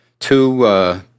two